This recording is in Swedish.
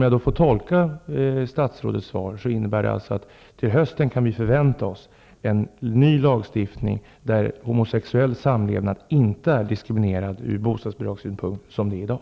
Jag tolkar statsrådets svar som att vi till hösten kan förvänta oss en ny lagstiftning, som från bostadsbidragssynpunkt inte diskriminerar homosexuell samlevnad på det sätt som sker i dag.